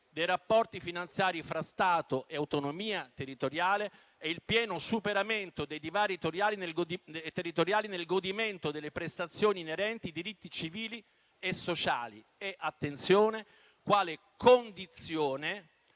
dei rapporti finanziari fra Stato e autonomia territoriale e il pieno superamento dei divari territoriali nel godimento delle prestazioni inerenti i diritti civili e sociali e - attenzione - quale condizione